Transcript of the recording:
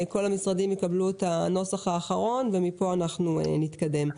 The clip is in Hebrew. כל המשרדים יקבלו את הנוסח האחרון ומפה אנחנו נתקדם.